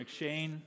McShane